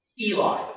Eli